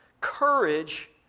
courage